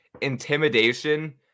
intimidation